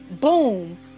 boom